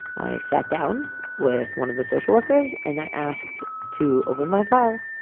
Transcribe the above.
i sat down with one of the social workers, and i asked to open my file,